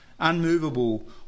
unmovable